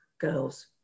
girls